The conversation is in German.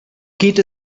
geht